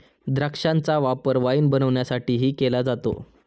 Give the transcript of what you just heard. द्राक्षांचा वापर वाईन बनवण्यासाठीही केला जातो